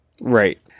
Right